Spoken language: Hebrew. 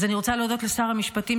אז אני רוצה להודות לשר המשפטים,